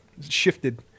shifted